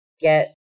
get